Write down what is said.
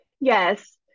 yes